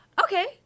okay